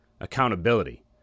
accountability